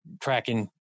tracking